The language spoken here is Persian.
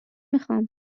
میخوام